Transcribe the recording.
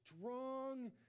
strong